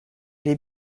les